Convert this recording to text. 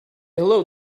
hello